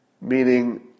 meaning